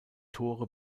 tore